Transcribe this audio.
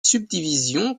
subdivisions